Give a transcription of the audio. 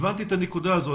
הבנתי את הנקודה הזו,